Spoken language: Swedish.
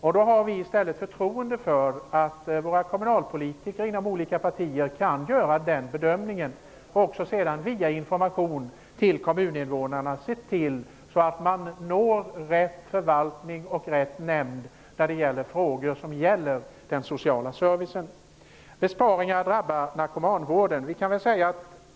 Vi har i stället förtroende för att våra kommunalpolitiker inom olika partier kan göra bedömningen och sedan via information till kommuninvånarna se till att man når rätt förvaltning och rätt nämnd, när det gäller frågor som rör den sociala servicen. Besparingar drabbar narkomanvården.